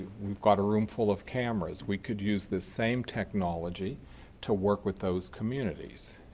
we've got a room full of cameras. we could use the same technology to work with those communities.